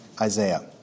Isaiah